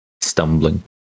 stumbling